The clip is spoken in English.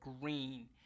Green